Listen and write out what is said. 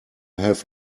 have